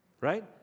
right